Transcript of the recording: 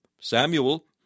Samuel